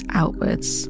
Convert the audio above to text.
outwards